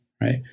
right